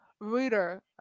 reader